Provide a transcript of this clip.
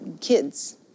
kids